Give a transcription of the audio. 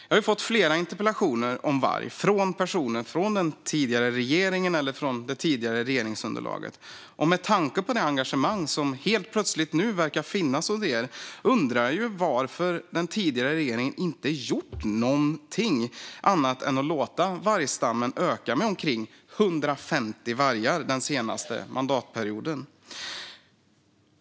Jag har fått flera interpellationer om varg från personer från den tidigare regeringen eller från det tidigare regeringsunderlaget, och med tanke på det engagemang som nu helt plötsligt verkar finnas där undrar jag varför den tidigare regeringen inte gjorde något förutom att låta vargstammen öka med omkring 150 vargar under den senaste mandatperioden.